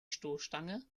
stoßstange